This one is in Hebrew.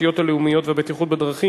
התשתיות הלאומיות והבטיחות בדרכים,